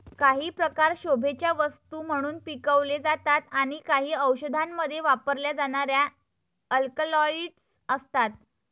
काही प्रकार शोभेच्या वस्तू म्हणून पिकवले जातात आणि काही औषधांमध्ये वापरल्या जाणाऱ्या अल्कलॉइड्स असतात